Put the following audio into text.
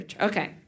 Okay